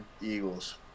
Eagles